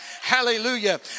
hallelujah